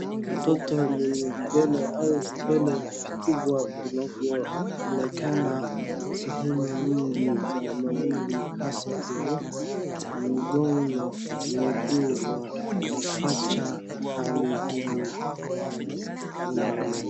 Mtoto mwenye vipele au vipele vikubwa vinavyoonekana sehemu nyingi za mwili hasa kwenye mikono miguu na mapacha hali hili inaone